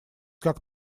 как